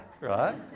right